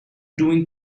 doing